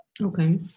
Okay